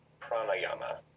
Pranayama